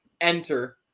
enter